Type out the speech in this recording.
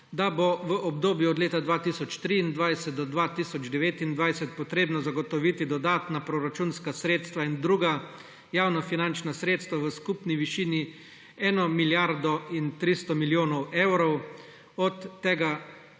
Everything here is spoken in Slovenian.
da bo v obdobju od leta 2023 do 2029 potrebno zagotoviti dodatna proračunska sredstva in druga javnofinančna sredstva v skupni višini 1 milijardo in 30 milijonov evrov. Od tega